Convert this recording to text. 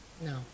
No